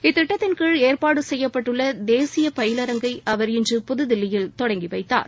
இத்திட்டத்தின் கீழ் ஏற்பாடு செய்யப்பட்டுள்ள தேசிய பயிலரங்கை அவர் இன்று புதுதில்லியில் தொடங்கி வைத்தார்